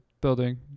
building